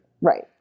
Right